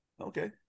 okay